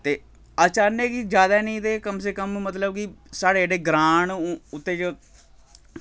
ते अस चाह्न्ने कि जैदा निं ते कम से कम मतलब कि साढ़े जेह्ड़े ग्रां न उत्थै च